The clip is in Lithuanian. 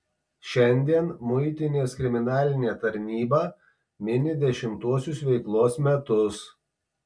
šiandien muitinės kriminalinė tarnyba mini dešimtuosius veiklos metus